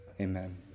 amen